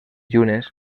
llunes